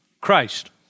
Christ